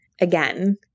Again